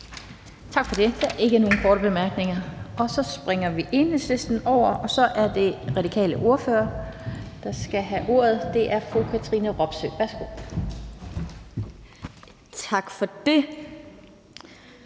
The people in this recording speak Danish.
Tak for det. Der er ikke nogen korte bemærkninger. Så springer vi Enhedslisten over, og så er det den radikale ordfører, der skal have ordet, og det er fru Katrine Robsøe. Værsgo. Kl.